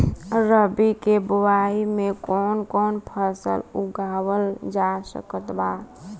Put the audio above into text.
रबी के बोआई मे कौन कौन फसल उगावल जा सकत बा?